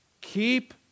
Keep